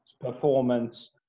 performance